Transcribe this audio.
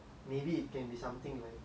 for example your husband